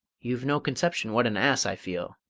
you've no conception what an ass i feel,